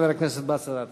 חבר הכנסת באסל גטאס.